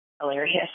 hilarious